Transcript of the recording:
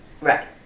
Right